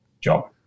job